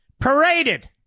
paraded